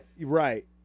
right